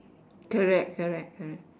correct correct correct